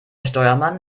steuermann